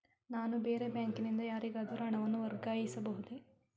ನಾನು ಬೇರೆ ಬ್ಯಾಂಕಿನಿಂದ ಯಾರಿಗಾದರೂ ಹಣವನ್ನು ವರ್ಗಾಯಿಸಬಹುದೇ?